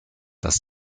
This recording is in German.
das